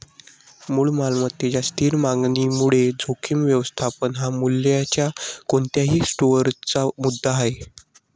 मूळ मालमत्तेच्या स्थिर मागणीमुळे जोखीम व्यवस्थापन हा मूल्याच्या कोणत्याही स्टोअरचा मुद्दा आहे